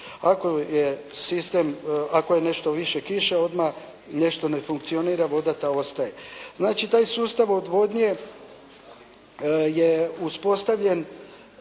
ako je nešto više kiše odmah nešto ne funkcionira, voda ta ostaje. Znači taj sustav odvodnje je uspostavljen